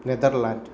Netherlands